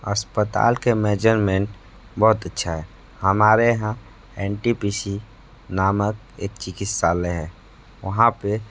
अस्पताल के मेजरमेंट बहुत अच्छा है हमारे यहाँ एनटीपीसी नामक एक चिकित्सालय है वहाँ पे